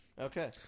Okay